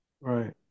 Right